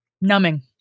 Numbing